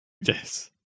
Yes